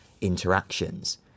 interactions